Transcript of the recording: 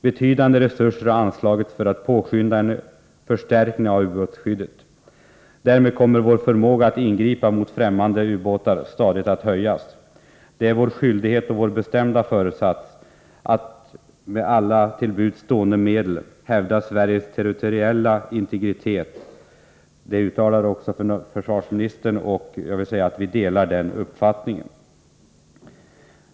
Betydande resurser har anslagits för att påskynda en förstärkning av ubåtsskyddet. Därmed kommer vår förmåga att ingripa mot främmande ubåtar stadigt att höjas. Det är vår skyldighet och vår bestämda föresats att med alla till buds stående medel hävda Sveriges territoriella integritet, uttalar försvarsministern. Vi delar denna uppfattning.